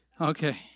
Okay